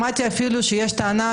מה,